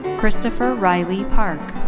christopher riley park.